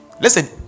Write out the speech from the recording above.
Listen